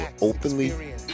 openly